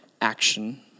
action